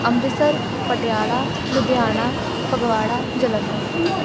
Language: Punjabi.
ਅੰਮ੍ਰਿਤਸਰ ਪਟਿਆਲਾ ਲੁਧਿਆਣਾ ਫਗਵਾੜਾ ਜਲੰਧਰ